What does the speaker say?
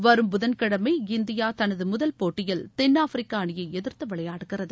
வரும் புதன் கிழமை இந்தியா தனது முதல் போட்டியில் தென்னாப்பிரிக்க அணியை எதிர்த்து விளையாடுகிறது